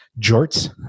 jorts